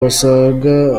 basanga